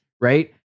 right